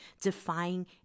defying